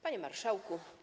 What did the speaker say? Panie Marszałku!